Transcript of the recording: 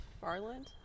Farland